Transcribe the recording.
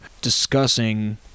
discussing